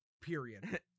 period